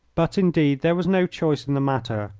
but, indeed, there was no choice in the matter,